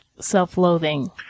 self-loathing